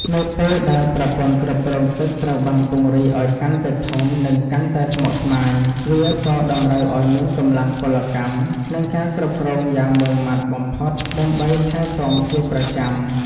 នៅពេលដែលប្រព័ន្ធគ្រប់គ្រងទឹកត្រូវបានពង្រីកឱ្យកាន់តែធំ និងកាន់តែស្មុគស្មាញ វាក៏តម្រូវឱ្យមានកម្លាំងពលកម្ម និងការគ្រប់គ្រងយ៉ាងម៉ឺងម៉ាត់បំផុតដើម្បីថែទាំជាប្រចាំ។